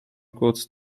goods